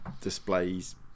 displays